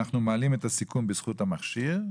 אנחנו מעלים את הסיכון בזכות המכשיר,